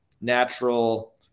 natural